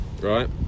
right